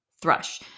thrush